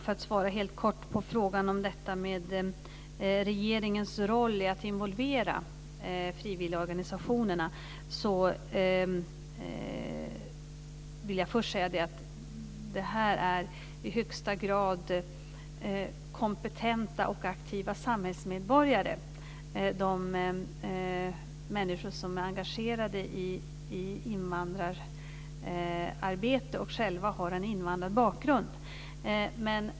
För att svara helt kort på frågan om detta med regeringens roll i att involvera frivilligorganisationerna vill jag först säga att de människor som är engagerade i invandrararbete är i högsta grad kompetenta och aktiva samhällsmedborgare, och de har själva en invandrarbakgrund.